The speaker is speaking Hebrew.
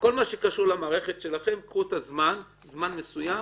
כל מה שקשור למערכת שלכם, קחו את הזמן, זמן מסוים.